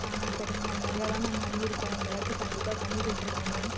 ஆ சரிங்க மேம் உங்களை தான் மேம் நம்பி இருக்கோம் இந்தவாட்டி கண்டிப்பாக பண்ணிக்கொடுத்துருங்க மேம்